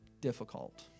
difficult